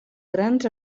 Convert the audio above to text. grans